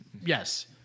Yes